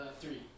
three